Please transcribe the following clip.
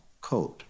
code